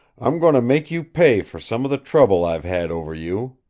i'm going to make you pay for some of the trouble i've had over you.